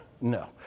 No